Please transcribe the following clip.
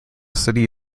city